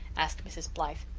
asked mrs. blythe.